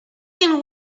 can